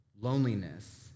loneliness